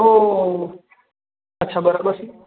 ઓ અચ્છા બરાબર છે